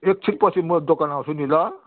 एकछिन पछि म दोकान आउँछु नि ल